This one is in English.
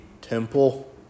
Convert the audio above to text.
temple